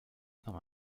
comme